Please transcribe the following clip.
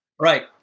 Right